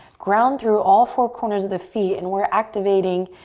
ground through all four corners of the feet and we're activating